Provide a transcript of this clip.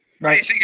Right